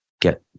get